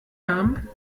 haben